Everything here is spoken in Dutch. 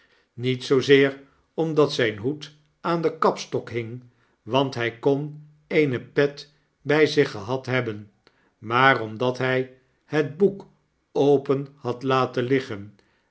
niet zoozeer omdat zyn hoed aan den kapstok hing want hij kon eene pet by zich gehad hebben maar omdat hy het boek open had laten liggen